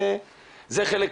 וזה חלק,